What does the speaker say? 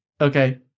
Okay